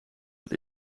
dat